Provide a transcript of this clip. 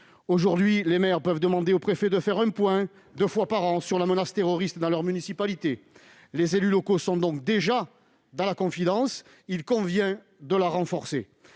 Aujourd'hui, les maires peuvent demander au préfet de faire un point deux fois par an sur la menace terroriste dans leur municipalité. Les élus locaux sont donc déjà dans la confidence, il convient simplement de renforcer